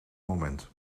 moment